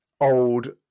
old